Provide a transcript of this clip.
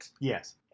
Yes